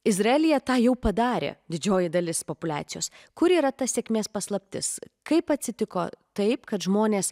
izraelyje tą jau padarė didžioji dalis populiacijos kur yra ta sėkmės paslaptis kaip atsitiko taip kad žmonės